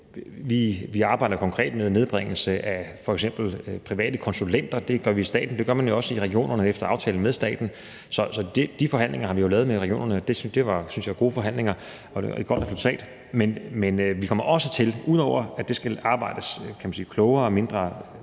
Vi arbejder f.eks. konkret med en nedbringelse af antallet af private konsulenter. Det gør vi i staten, og det gør man jo også i regionerne efter aftale med staten. Så de forhandlinger har vi jo lavet med regionerne, og det var, syntes jeg, nogle gode forhandlinger og et godt resultat. Men ud over at der, kan man sige, skal arbejdes klogere og med